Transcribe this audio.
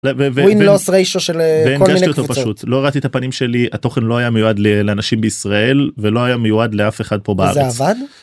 win/loss ratio של כל מיני קבוצות. והנגשתי אותו פשוט. לא הראיתי את הפנים שלי, התוכן לא היה מיועד לאנשים בישראל, ולא היה מיועד לאף אחד פה בארץ. וזה עבד?